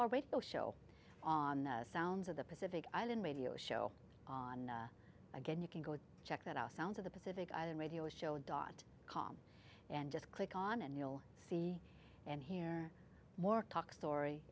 go show on the sounds of the pacific island radio show on again you can go check that out sounds of the pacific island radio show dot com and just click on and you'll see and hear more talk story